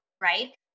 right